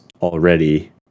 already